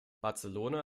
barcelona